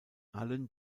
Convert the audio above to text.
allen